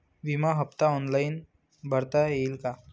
विमा हफ्ता ऑनलाईन भरता येईल का?